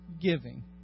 giving